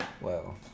wow